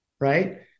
right